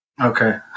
Okay